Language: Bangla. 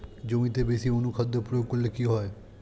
জমিতে বেশি অনুখাদ্য প্রয়োগ করলে কি হয়?